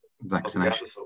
vaccination